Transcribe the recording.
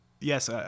yes